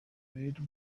made